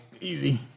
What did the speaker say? easy